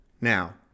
Now